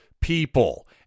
people